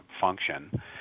function